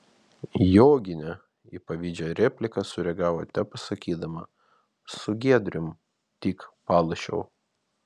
joginė į pavydžią repliką sureagavo tepasakydama su giedrium tik palošiau